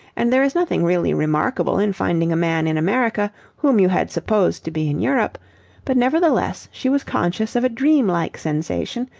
and there is nothing really remarkable in finding a man in america whom you had supposed to be in europe but nevertheless she was conscious of a dream-like sensation,